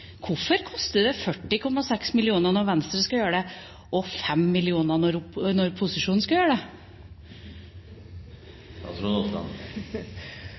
Hvorfor koster det 40,6 mill. kr når Venstre skal gjøre det, og 5 mill. kr når posisjonen skal gjøre